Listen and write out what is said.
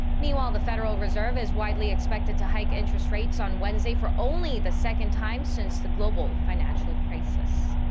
meanwhile, the federal reserve is widely expected to hike interest rates on wednesday for only the second time since the global financial crisis.